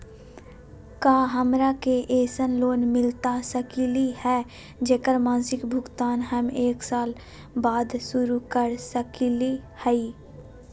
का हमरा के ऐसन लोन मिलता सकली है, जेकर मासिक भुगतान हम एक साल बाद शुरू कर सकली हई?